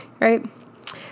right